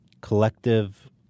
collective